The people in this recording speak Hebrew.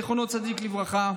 זיכרונו צדיק לברכה,